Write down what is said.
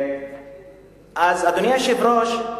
אז, אדוני היושב-ראש,